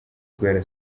guhera